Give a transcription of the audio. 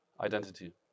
Identity